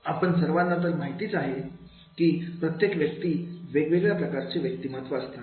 आपणा सर्वांना तर माहितीच आहे की प्रत्येक व्यक्ती वेगवेगळ्या प्रकारचे व्यक्तिमत्त्व असतात